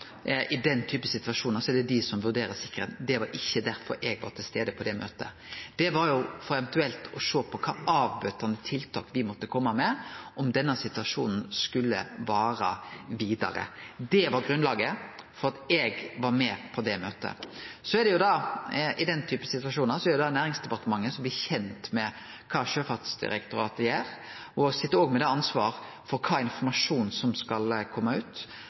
I den typen situasjonar er det dei som vurderer sikkerheita. Det var ikkje derfor eg var til stades på det møtet. Det var for eventuelt å sjå på kva avbøtande tiltak vi måtte kome med om denne situasjonen skulle vare vidare. Det var grunnlaget for at eg var med på det møtet. Så er det i slike situasjonar Næringsdepartementet som blir kjent med kva Sjøfartsdirektoratet gjer, og som òg sit med ansvaret for kva informasjon som skal kome ut.